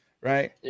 right